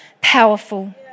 powerful